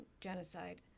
genocide